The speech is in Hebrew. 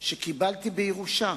שקיבלתי בירושה.